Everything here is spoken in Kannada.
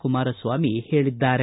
ಕುಮಾರಸ್ವಾಮಿ ಹೇಳಿದ್ದಾರೆ